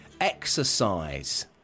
Exercise